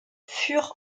furent